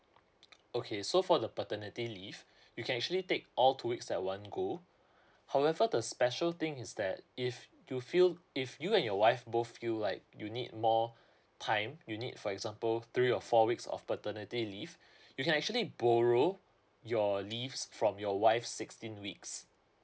okay so for the paternity leave you can actually take all two weeks at one go however the special thing is that if you feel if you and your wife both feel like you need more time you need for example three or four weeks of paternity leave you can actually borrow your leaves from your wife's sixteen weeks